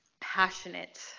passionate